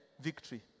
victory